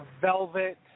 velvet